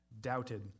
doubted